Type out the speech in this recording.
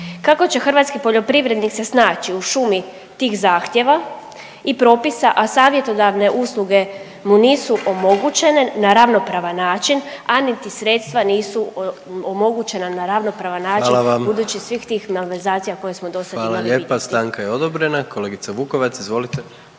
Kako će hrvatski poljoprivrednik se snaći u šumi tih zahtjeva i propisa, a savjetodavne usluge mu nisu omogućene na ravnopravan način, a niti sredstva nisu omogućena na ravnopravan način … …/Upadica predsjednik: Hvala vam./… … budućih svih tih malverzacija koje smo do sada imali vidjeti. **Jandroković, Gordan (HDZ)** Hvala lijepa. Stanka je odobrena. Kolegice Vukovac, izvolite.